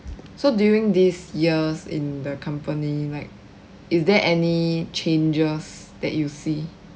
so during these years in the company like is there any changes that you see